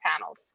panels